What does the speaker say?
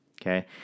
Okay